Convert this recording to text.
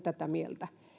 tätä mieltä